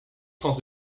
sans